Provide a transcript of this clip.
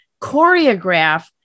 choreograph